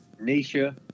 Nisha